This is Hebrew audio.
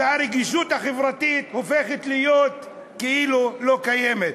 והרגישות החברתית הופכת להיות כאילו לא קיימת.